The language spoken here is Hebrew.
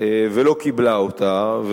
ולא קיבלה אותה,